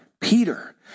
Peter